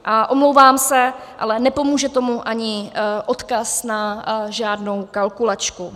A omlouvám se, ale nepomůže tomu ani odkaz na žádnou kalkulačku.